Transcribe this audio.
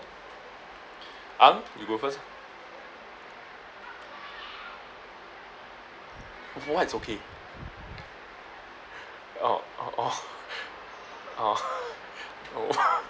ang you go first for what it's okay orh orh orh orh